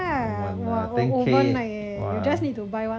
don't want lah ten K !wah!